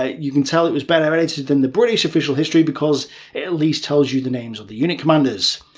ah you can tell it was better edited than the british official history because it at least tells you the names of the unit commanders.